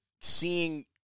seeing